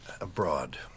Abroad